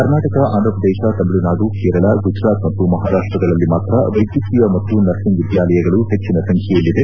ಕರ್ನಾಟಕ ಅಂಧ್ರಪ್ರದೇಶ ತಮಿಳುನಾಡು ಕೇರಳ ಗುಜರಾತ್ ಮತ್ತು ಮಹಾರಾಷ್ಷಗಳಲ್ಲಿ ಮಾತ್ರ ವೈದ್ಯಕೀಯ ಮತ್ತು ನರ್ಸಿಂಗ್ ವಿದ್ಯಾಲಯಗಳು ಹೆಜ್ವಿನ ಸಂಖ್ಯೆಯಲ್ಲಿದೆ